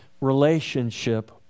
relationship